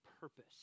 purpose